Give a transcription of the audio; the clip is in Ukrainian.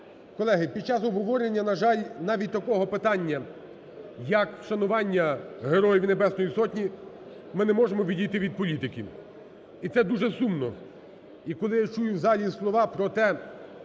Колеги, під час обговорення, на жаль, навіть такого питання, як вшанування Героїв Небесної Сотні, ми не можемо відійти від політики. І це дуже сумно. І коли я чую в залі слова про те,